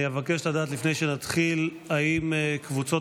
אני אבקש לדעת לפני שנתחיל אם קבוצות